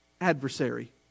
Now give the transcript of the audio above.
adversary